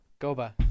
Goba